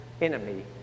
enemy